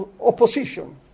opposition